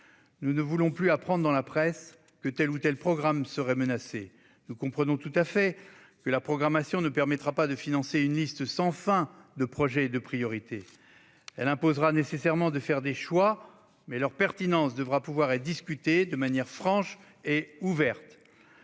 Nous ne voulons plus apprendre dans la presse que tel ou tel programme serait menacé. Nous comprenons tout à fait que la programmation ne permettra pas de financer une liste sans fin de projets et de priorités. Elle imposera nécessairement de faire des choix, mais leur pertinence devra pouvoir être discutée de manière franche et ouverte.